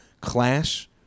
clash